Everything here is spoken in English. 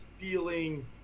feeling